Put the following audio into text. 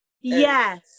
Yes